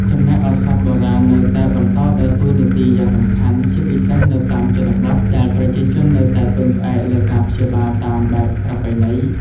ចំណែកឱសថបុរាណនៅតែបន្តដើរតួនាទីយ៉ាងសំខាន់ ជាពិសេសនៅតាមជនបទ ដែលប្រជាជននៅតែពឹងផ្អែកលើការព្យាបាលតាមបែបប្រពៃណី។